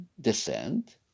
descend